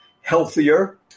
healthier